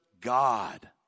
God